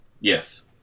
Yes